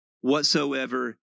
whatsoever